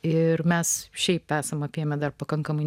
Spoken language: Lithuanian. ir mes šiaip esam apėmę dar pakankamai